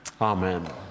Amen